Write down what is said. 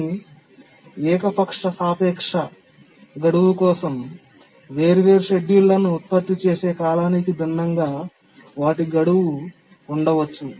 కానీ ఏకపక్ష సాపేక్ష గడువు కోసంవేర్వేరు షెడ్యూల్లను ఉత్పత్తి చేసే కాలానికి భిన్నంగా వాటి గడువు ఉండవచ్చు